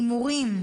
הימורים,